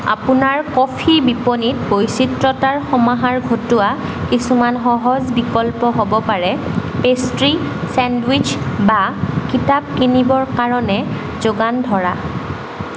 আপোনাৰ কফি বিপনীত বৈচিত্ৰতাৰ সমাহাৰ ঘটোৱা কিছুমান সহজ বিকল্প হ'ব পাৰে পেষ্ট্ৰী ছেণ্ডউইচ বা কিতাপ কিনিবৰ কাৰণে যোগান ধৰা